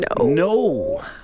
No